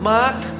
Mark